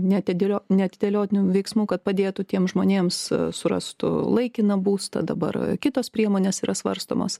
neatidėliot neatidėliotinų veiksmų kad padėtų tiem žmonėms surastų laikiną būstą dabar kitos priemonės yra svarstomos